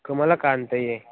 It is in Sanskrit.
कमलकान्तये